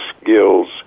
skills